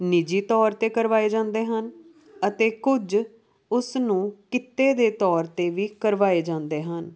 ਨਿੱਜੀ ਤੋਰ 'ਤੇ ਕਰਵਾਏ ਜਾਂਦੇ ਹਨ ਅਤੇ ਕੁਝ ਉਸ ਨੂੰ ਕਿੱਤੇ ਦੇ ਤੋਰ 'ਤੇ ਵੀ ਕਰਵਾਏ ਜਾਂਦੇ ਹਨ